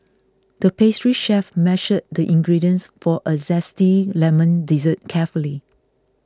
the pastry chef measured the ingredients for a Zesty Lemon Dessert carefully